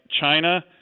China